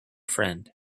friend